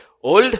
old